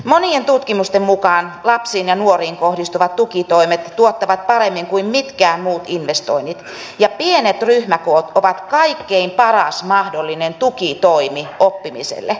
monien tutkimusten mukaan lapsiin ja nuoriin kohdistuvat tukitoimet tuottavat paremmin kuin mitkään muut investoinnit ja pienet ryhmäkoot ovat kaikkein paras mahdollinen tukitoimi oppimiselle